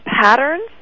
patterns